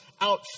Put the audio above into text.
out